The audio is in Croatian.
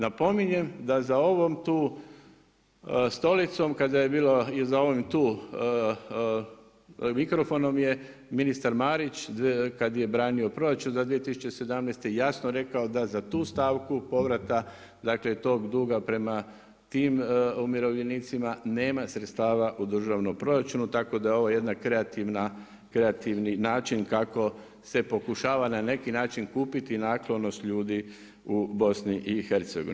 Napominjem da za ovom tu stolicom kada je bilo i za ovim tu mikrofonom je ministar Marić kada je branio proračun za 2017. jasno rekao da za tu stavku povrata, dakle tog duga prema tim umirovljenicima nema sredstava u državnom proračunu tako da je ovo jedna kreativna, kreativni način kako se pokušava na neki način kupiti naklonost ljudi u BiH.